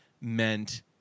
meant